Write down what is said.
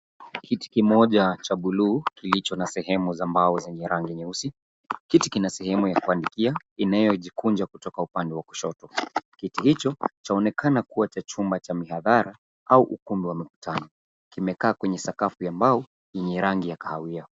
Kiti kimoja cha bluu kilicho na sehemu za mbao zenye rangi nyeusi. Kiti kina sehemu ya kuandikia inayojikunja kutoka upande wa kushoto. Kiti hicho cha onekana kuwa cha chumba cha mihadhara au ukumbi wa mkutano. Kimekaa kwenye sakafu ya mbao ni rangi ya kahawia.